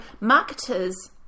marketers